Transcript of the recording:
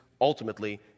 ultimately